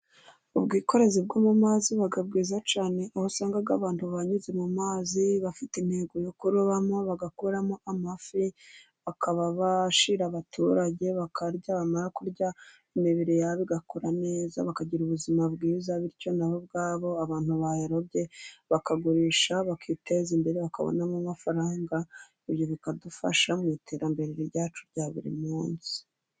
Ubwikorezi bwo mu mazi buba bwiza cyane, aho usanga abantu banyuze mu mazi bafite intego yo kurobamo bagakuramo amafi, bagashira abaturage bakarya bamara kurya imibiri yabo igakura neza, bakagira ubuzima bwiza. Bityo nabo ubwabo abantu bayarobye bakagurisha bakiteza imbere, bakabonamo amafaranga. Ibyo bikadufasha mu iterambere ryacu rya buri munsi.